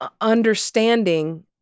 understanding